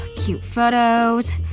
cute photos.